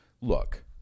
look